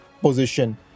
position